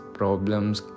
problems